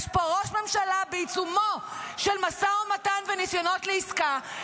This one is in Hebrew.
יש פה ראש ממשלה בעיצומו של משא ומתן ובניסיונות לעסקה,